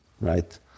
Right